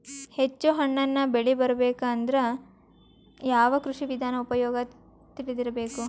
ಹೆಚ್ಚು ಹಣ್ಣನ್ನ ಬೆಳಿ ಬರಬೇಕು ಅಂದ್ರ ಯಾವ ಕೃಷಿ ವಿಧಾನ ಉಪಯೋಗ ತಿಳಿದಿರಬೇಕು?